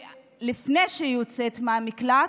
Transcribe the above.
שלפני שהיא יוצאת מהמקלט,